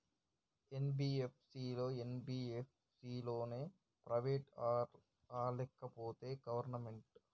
NBFC లు, MBFC లు private ఆ లేకపోతే గవర్నమెంటా?